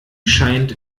scheint